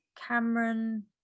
Cameron